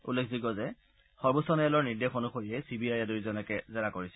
উল্লেখযোগ্য যে সৰ্বোচ্চ ন্যায়ালয়ৰ নিৰ্দেশ অনুসৰিয়েই চি বি আয়ে দুয়োজনকে জেৰা কৰিছে